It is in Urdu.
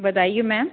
بتائیے میم